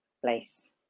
place